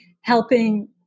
helping